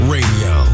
Radio